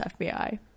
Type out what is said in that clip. FBI